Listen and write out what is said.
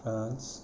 France